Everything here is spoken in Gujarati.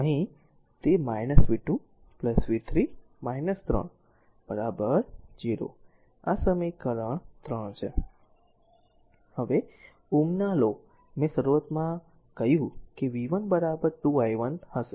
તેથી તે v 2 v 3 3 0 આ સમીકરણ 3 છે હવે ઓહ્મના લો મેં શરૂઆતમાં કહ્યું કે v 1 2 i1 હશે